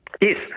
Yes